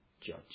judge